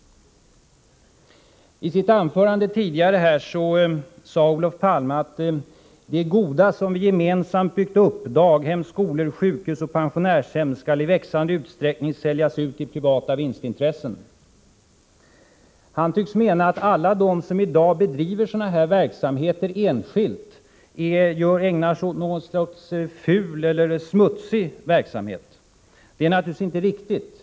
I sitt anförande sade Olof Palme att det goda som vi gemensamt byggt upp —- daghem, skolor, sjukhus och pensionärshem — skulle i växande utsträckning säljas ut till privata vinstintressen om vi fick bestämma. Han tycks mena att alla de som i dag bedriver sådana här verksamheter enskilt ägnar sig åt något slags ful eller smutsig verksamhet. Det är inte riktigt.